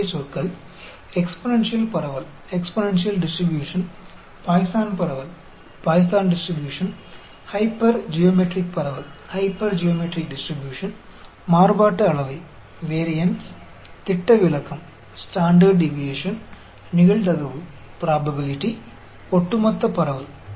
முக்கியச்சொற்கள் exponential பரவல் Poisson பரவல் hypergeometric பரவல் மாறுபாட்டு அளவை திட்டவிலக்கம் நிகழ்தகவு ஒட்டுமொத்த பரவல்